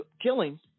killing